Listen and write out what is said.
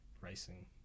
racing